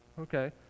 Okay